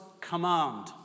command